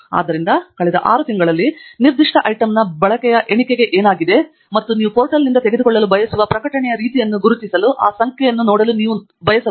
ಆದ್ದರಿಂದ ಕಳೆದ ಆರು ತಿಂಗಳಲ್ಲಿ ನಿರ್ದಿಷ್ಟ ಐಟಂನ ಬಳಕೆಯ ಎಣಿಕೆಗೆ ಏನಾಗುತ್ತದೆ ಮತ್ತು ನೀವು ಪೋರ್ಟಲ್ನಿಂದ ತೆಗೆದುಕೊಳ್ಳಲು ಬಯಸುವ ಪ್ರಕಟಣೆಯ ರೀತಿಯನ್ನು ಗುರುತಿಸಲು ಆ ಸಂಖ್ಯೆಯನ್ನು ನೋಡಲು ನೀವು ನೋಡಬಹುದು